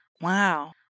Wow